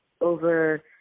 over